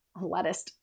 lettuce